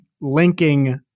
linking